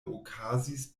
okazis